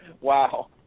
Wow